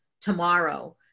tomorrow